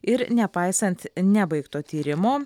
ir nepaisant nebaigto tyrimo